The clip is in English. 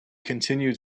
continued